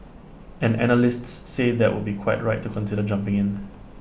and analysts say that would be quite right to consider jumping in